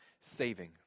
saving